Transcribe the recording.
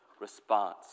response